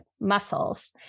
muscles